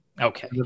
Okay